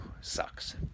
sucks